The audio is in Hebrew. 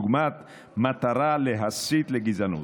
דוגמת מטרה להסית לגזענות.